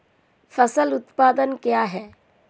फसल उत्पादन क्या है?